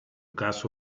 caso